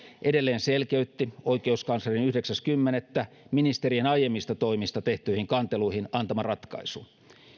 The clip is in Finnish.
edelleen selkeytti oikeuskanslerin yhdeksäs kymmenettä ministerien aiemmista toimista tehtyihin kanteluihin antama ratkaisu